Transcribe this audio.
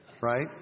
right